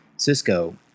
cisco